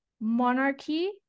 monarchy